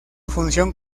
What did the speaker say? función